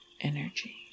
energy